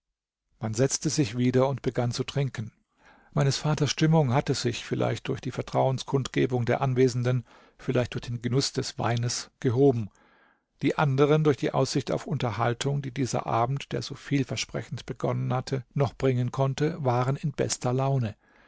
man setzte sich wieder und begann zu trinken meines vaters stimmung hatte sich vielleicht durch die vertrauenskundgebung der anwesenden vielleicht durch den genuß des weines gehoben die anderen durch die aussicht auf unterhaltung die dieser abend der so vielversprechend begonnen hatte noch bringen konnte waren in bester laune